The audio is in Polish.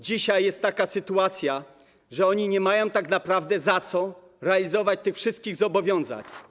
Dzisiaj jest taka sytuacja, że oni nie mają tak naprawdę za co realizować tych wszystkich zobowiązań.